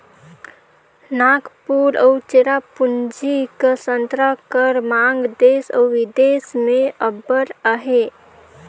नांगपुर अउ चेरापूंजी कर संतरा कर मांग देस अउ बिदेस में अब्बड़ अहे